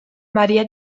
maria